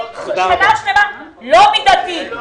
זה לא מידתי.